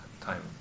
time